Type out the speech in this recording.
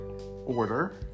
order